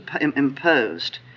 imposed